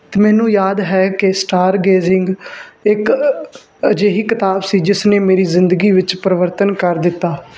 ਅਤੇ ਮੈਨੂੰ ਯਾਦ ਹੈ ਕਿ ਸਟਾਰਗੇਜਿੰਗ ਇੱਕ ਅਜਿਹੀ ਕਿਤਾਬ ਸੀ ਜਿਸ ਨੇ ਮੇਰੀ ਜ਼ਿੰਦਗੀ ਵਿੱਚ ਪਰਿਵਰਤਨ ਕਰ ਦਿੱਤਾ